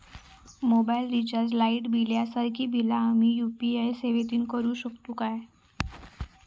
Mobile recharge, light bill यांसारखी बिला आम्ही यू.पी.आय सेवेतून करू शकतू काय?